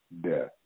death